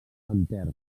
enters